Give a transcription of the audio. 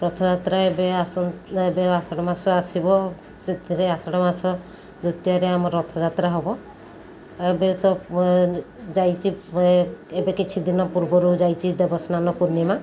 ରଥଯାତ୍ରା ଏବେ ଆଷା ଏବେ ଆଷାଢ଼ ମାସ ଆସିବ ସେଥିରେ ଆଷାଢ଼ ମାସ ଦ୍ୱିତୀୟାରେ ଆମ ରଥଯାତ୍ରା ହବ ଏବେ ତ ଯାଇଛି ଏବେ କିଛି ଦିନ ପୂର୍ବରୁ ଯାଇଛି ଦେବସ୍ନାନ ପୂର୍ଣ୍ଣିମା